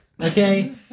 Okay